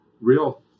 real